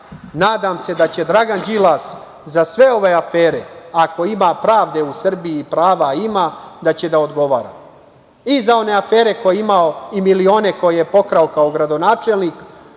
nadam se da će Dragan Đilas za sve ove afere, ako ima pravde u Srbiji, a prava ima, da će da odgovara i za one afere koje je imao i milione koje je pokrao kao gradonačelnik,